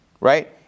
right